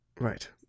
Right